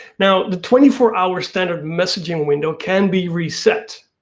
now, the twenty four hour standard messaging window can be reset,